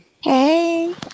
Hey